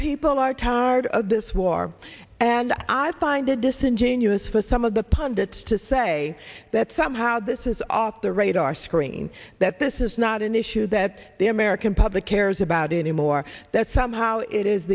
people are tired of this war and i find it disingenuous for some of the pundits to say that somehow this is off the radar screen that this is not an issue that the american public cares about anymore that somehow it is